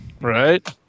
right